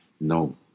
no